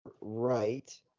right